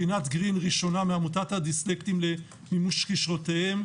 רינת גרין מעמותת הדיסלקטים למימוש כישרונותיהם.